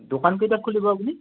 দোকান কেইটাত খুলিব আপুনি